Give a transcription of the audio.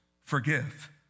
forgive